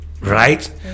right